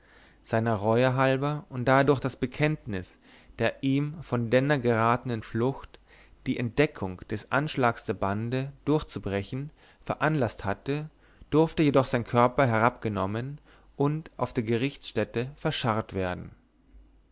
seiner reue halber und da er durch das bekenntnis der ihm von denner geratenen flucht die entdeckung des anschlags der bande durchzubrechen veranlaßt hatte durfte jedoch sein körper herabgenommen und auf der gerichtsstätte verscharrt werden